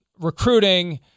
recruiting